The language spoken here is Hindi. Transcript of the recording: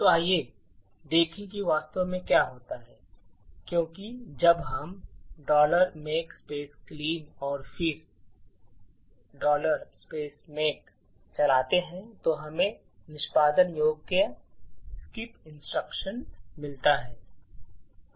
तो आइए देखें कि वास्तव में क्या होता है क्योंकि जब हम make clean और फिर make चलाते हैं और हमें निष्पादन योग्य स्किपिनस्ट्रेशन मिलता है